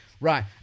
right